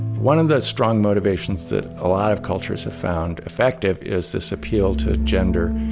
one of the strong motivations that a lot of cultures have found effective is this appeal to gender,